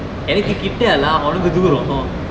எனக்கு கிட்ட லா உனக்கு தூரம்:enakku kitta laa unakku thooram